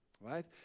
right